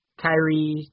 Kyrie